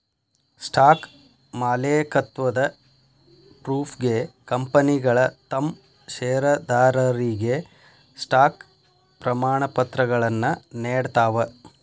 stock ಮಾಲೇಕತ್ವದ ಪ್ರೂಫ್ಗೆ ಕಂಪನಿಗಳ ತಮ್ ಷೇರದಾರರಿಗೆ ಸ್ಟಾಕ್ ಪ್ರಮಾಣಪತ್ರಗಳನ್ನ ನೇಡ್ತಾವ